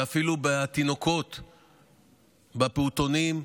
ואפילו תינוקות בפעוטונים,